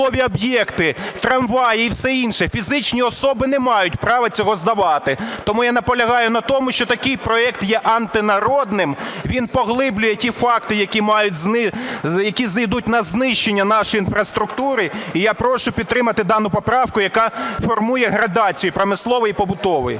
промислові об'єкти, трамваї і все інше. Фізичні особи не мають права цього здавати. Тому я наполягаю на тому, що такий проект є антинародним, він поглиблює ті факти, які ідуть на знищення нашої інфраструктури. І я прошу підтримати дану поправку, яка формує градацію – промисловий і побутовий.